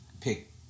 pick